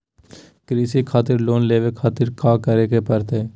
कृषि खातिर लोन लेवे खातिर काका करे की परतई?